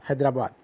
حیدر آباد